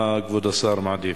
מה כבוד השר מעדיף?